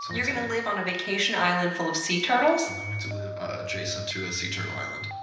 so you're going to live on a vacation island full of sea turtles? i'm going to live adjacent to a sea turtle island,